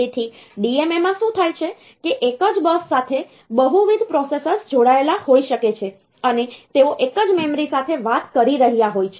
તેથી DMA માં શું થાય છે કે એક જ બસ સાથે બહુવિધ પ્રોસેસર્સ જોડાયેલા હોઈ શકે છે અને તેઓ એક જ મેમરી સાથે વાત કરી રહ્યા હોય છે